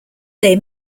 they